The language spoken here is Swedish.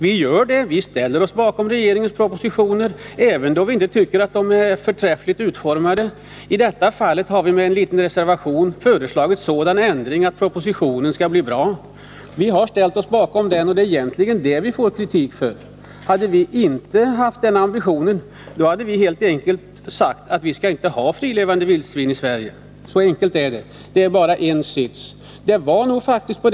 Vi ställer oss nämligen bakom regeringens propositioner även då vi inte tycker att de är förträffligt utformade. I detta fall har vi imed en liten reservation föreslagit sådana ändringar att propositionen skall bli bra. Vi har således ställt oss bakom propositionen — och det är egentligen detta vi får kritik för. Om vi inte hade haft den ambitionen, hade vi helt enkelt sagt att vi inte skall ha frilevande vildsvin i Sverige — så enkelt är det. Det är således bara fråga om en stol.